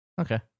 Okay